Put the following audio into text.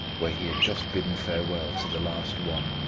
where he had just bidden farewell to the last one,